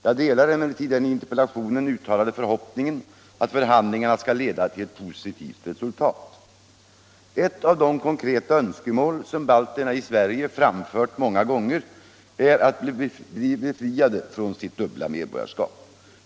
Jag delar emellertid den i interpellationssvaret uttalade förhoppningen att förhandlingarna skall leda till ett positivt resultat. Ett av de konkreta önskemål som balterna i Sverige framfört många gånger är att bli befriade från sitt dubbla medborgarskap.